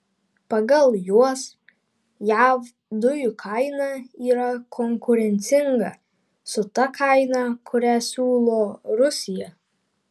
pagal juos jav dujų kaina yra konkurencinga su ta kaina kurią siūlo rusija